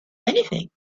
anything